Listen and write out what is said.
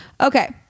Okay